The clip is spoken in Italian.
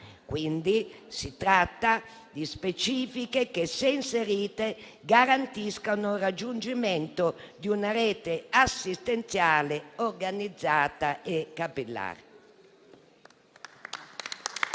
quindi di specifiche che, se inserite, garantiscono il raggiungimento di una rete assistenziale organizzata e capillare.